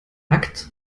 akt